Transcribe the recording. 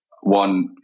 one